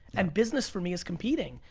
and business, for me, is competing.